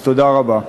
אז תודה רבה.